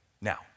Now